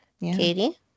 Katie